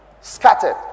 scattered